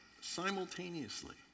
simultaneously